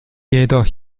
jedoch